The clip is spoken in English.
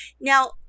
Now